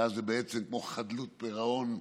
שאז זה בעצם כמו חדלות פירעון,